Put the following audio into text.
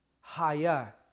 higher